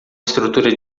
estrutura